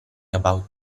about